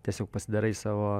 tiesiog pasidarai savo